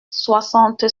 soixante